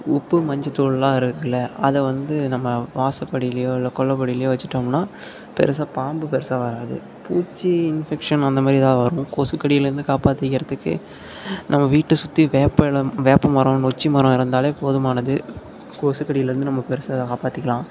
உப்பு மஞ்சத்தூள்லாம் இருக்குதில்ல அதை வந்து நம்ம வாசப்படியிலயோ இல்லை கொல்லப்படியிலயோ வச்சிட்டோம்னால் பெருசாக பாம்பு பெருசாக வராது பூச்சி இன்ஃபெக்ஷன் அந்த மாதிரி எதாது வரும் கொசு கடியில் இருந்து காப்பாத்திக்கிறதுக்கு நம்ம வீட்டை சுற்றி வேப்ப இல வேப்பமரம் நொச்சி மரம் இருந்தாலே போதுமானது கொசுக்கடியில் இருந்து நம்ம பெருசாக காப்பாற்றிக்கலாம்